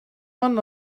one